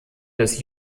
des